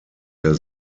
der